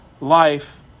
life